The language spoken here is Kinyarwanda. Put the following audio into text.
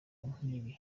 nk’ibi